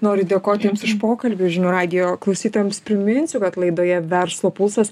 noriu dėkoti jums už pokalbį žinių radijo klausytojams priminsiu kad laidoje verslo pulsas